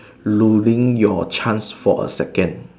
losing your chance for a second